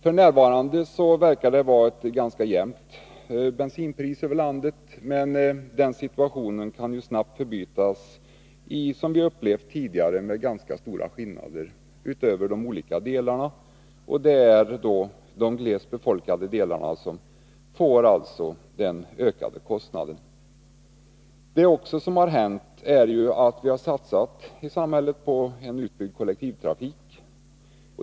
F. n. verkar bensinpriset vara ganska lika över landet, men den situationen kan ju snabbt förändras. Vi kan få den situation vi har upplevt tidigare, dvs. ganska stora skillnader i pris över de olika delarna av landet. Det är då de glest befolkade områdena som får de högsta priserna. Det som har hänt är vidare att samhället har gjort ökade satsningar på en utbyggd kollektivtrafik.